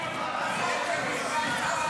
(חבר הכנסת יוראי להב הרצנו יוצא מאולם